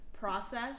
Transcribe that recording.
process